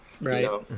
Right